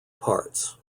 parts